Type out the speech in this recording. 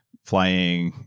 flying,